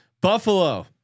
Buffalo